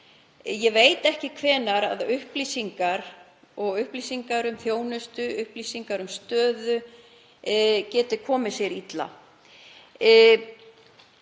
Ég veit ekki hvenær upplýsingar, upplýsingar um þjónustu, upplýsingar um stöðu, geta komið sér illa.